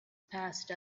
passed